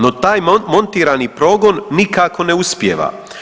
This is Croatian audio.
No, taj montirani progon nikako ne uspijeva.